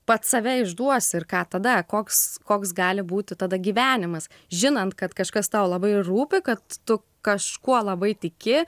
pats save išduosi ir ką tada koks koks gali būti tada gyvenimas žinant kad kažkas tau labai rūpi kad tu kažkuo labai tiki